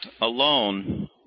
alone